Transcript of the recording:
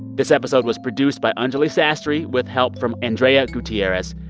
this episode was produced by anjuli sastry with help from andrea gutierrez,